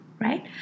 right